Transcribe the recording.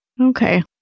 Okay